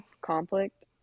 conflict